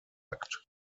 markt